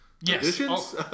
Yes